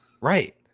Right